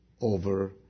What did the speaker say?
over